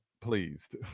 pleased